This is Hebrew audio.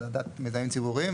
ועדת מיזמים ציבוריים,